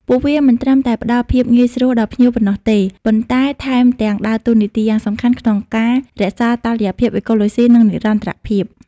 ពួកវាមិនត្រឹមតែផ្តល់ភាពងាយស្រួលដល់ភ្ញៀវប៉ុណ្ណោះទេ ប៉ុន្តែថែមទាំងដើរតួនាទីយ៉ាងសំខាន់ក្នុងការរក្សាតុល្យភាពអេកូឡូស៊ី និងនិរន្តរភាព។